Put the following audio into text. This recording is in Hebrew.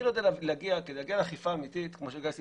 כדי להגיע לאכיפה אמיתית, כמו שגיא סיפר,